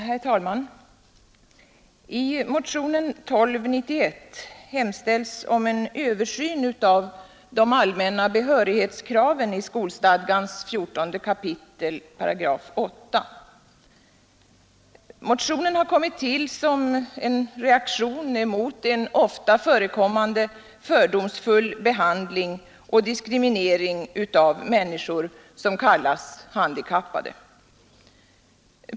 Herr tälman! I motionen 1291 hemställs om en översyn av de allmänna behörighetskraven i skolstadgans 14 kap. 8 §. Motionen har kommit till som en reaktion mot en ofta förekommande fördomsfull behandling och diskriminering av människor som kallas handikappade.